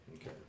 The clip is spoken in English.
Okay